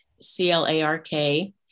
C-L-A-R-K